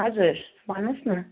हजुर भन्नुहोस् न